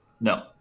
No